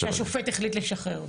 כשהשופט החליט לשחרר אותו.